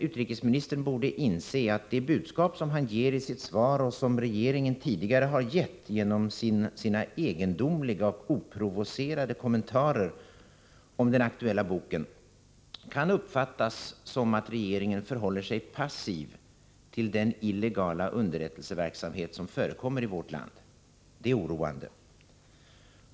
Utrikesministern borde inse, att det budskap som han ger i sitt svar och som regeringen tidigare har givit genom sina egendomliga och oprovocerade kommentarer om den aktuella boken kan uppfattas som att regeringen förhåller sig passiv till den illegala underrättelseverksamhet som förekommer i vårt land. Detta är oroande.